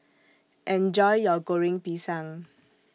Enjoy your Goreng Pisang